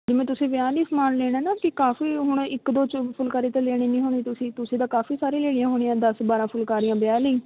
ਜਿਵੇਂ ਤੁਸੀਂ ਵਿਆਹ ਲਈ ਸਮਾਨ ਲੈਣਾ ਨਾ ਕਿ ਕਾਫ਼ੀ ਹੁਣ ਇੱਕ ਦੋ ਚੁ ਫੁਲਕਾਰੀ ਤਾਂ ਲੈਣੀ ਨਹੀਂ ਹੋਣੀ ਤੁਸੀਂ ਤੁਸੀਂ ਤਾਂ ਕਾਫ਼ੀ ਸਾਰੀ ਲੈਣੀਆਂ ਹੋਣੀਆਂ ਦਸ ਬਾਰ੍ਹਾਂ ਫੁਲਕਾਰੀਆਂ ਵਿਆਹ ਲਈ